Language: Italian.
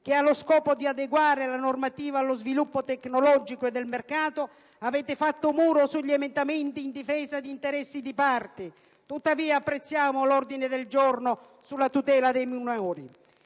che ha lo scopo di adeguare la normativa allo sviluppo tecnologico e del mercato, avete fatto muro sugli emendamenti in difesa di interessi di parte. Tuttavia, apprezziamo l'ordine del giorno sulla tutela dei minori.